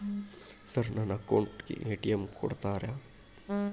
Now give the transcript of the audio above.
Sir ನನ್ನ account ಗೆ ATM ಕೊಡುತ್ತೇರಾ?